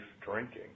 drinking